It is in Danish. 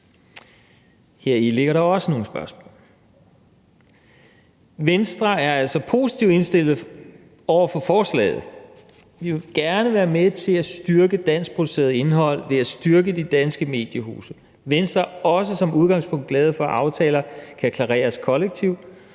Heri ligger der også nogle spørgsmål. Venstre er altså positivt indstillet over for forslaget. Vi vil gerne være med til at styrke danskproduceret indhold ved at styrke de danske mediehuse. Venstre er også som udgangspunkt glade for, at aftaler kan klareres kollektivt,